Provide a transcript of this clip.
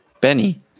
Benny